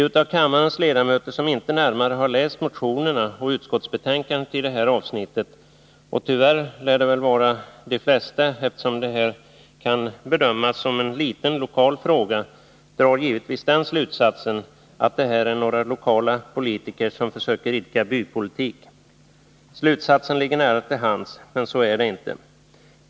De av kammarens ledamöter som inte närmare har läst motionerna och utskottsbetänkandet i det här avsnittet — och tyvärr lär det vara de flesta, eftersom det här kan bedömas som en liten, lokal fråga — drar givetvis den 53 slutsatsen att det här är några lokala politiker som försöker idka bypolitik. Slutsatsen ligger nära till hands — men så är det inte.